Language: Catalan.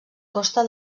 costa